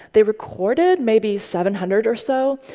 they recorded maybe seven hundred or so,